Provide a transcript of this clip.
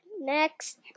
next